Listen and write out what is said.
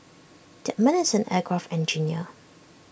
that man is an aircraft engineer